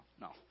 No